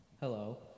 Hello